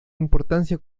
importancia